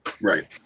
right